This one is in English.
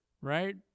Right